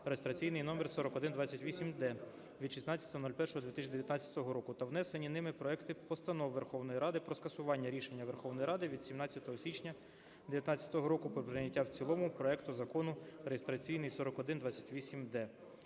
реєстраційний номер 4128-д від 16.01.2019 року, та внесені ними проекти постанов Верховної Ради про скасування рішення Верховної Ради від 17 січня 2019 року про прийняття в цілому проекту Закону реєстраційний 4128-д.